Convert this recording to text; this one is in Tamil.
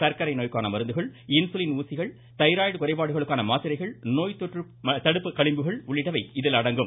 சர்க்கரை நோய்க்கான மருந்துகள் இன்சுலின் ஊசிகள் தைராய்டு குறைபாடுகளுக்கான மாத்திரைகள் நோய் தொற்று தடுப்பு மருந்துகள் உள்ளிட்டவை இதில் அடங்கும்